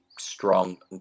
strong